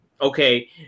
okay